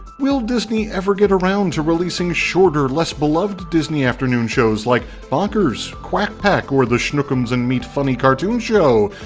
will disney ever get around to releasing shorter less beloved disney afternoon shows like bonkers, quack pack, or the shnookums and meat funny cartoon show?